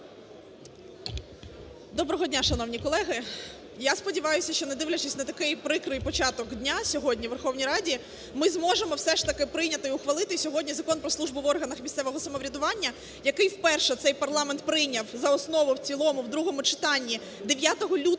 Доброго дня, шановні колеги! Я сподіваюсь, що не дивлячись на такий прикрий початок дня сьогодні у Верховній Раді, ми зможемо все ж таки прийняти і ухвалити сьогодні Закон про службу в органах місцевого самоврядування, який вперше цей парламент прийняв за основу, в цілому в другому читанні 9 лютого 2017